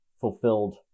fulfilled